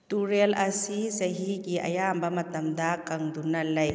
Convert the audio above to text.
ꯇꯨꯔꯦꯜ ꯑꯁꯤ ꯆꯍꯤꯒꯤ ꯑꯌꯥꯝꯕ ꯃꯇꯝꯗ ꯀꯪꯗꯨꯅ ꯂꯩ